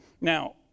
Now